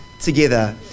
together